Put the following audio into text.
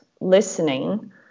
listening